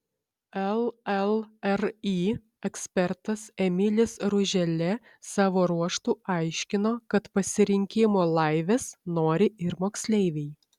llri ekspertas emilis ruželė savo ruožtu aiškino kad pasirinkimo laivės nori ir moksleiviai